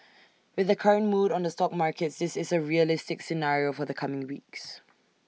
with the current mood on the stock markets this is A realistic scenario for the coming weeks